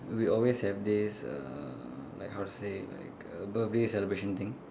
we always have this uh like how to say like a birthday celebration thing